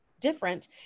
different